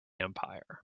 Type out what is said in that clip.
empire